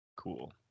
cool